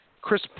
Chris